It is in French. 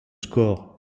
score